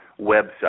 website